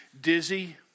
dizzy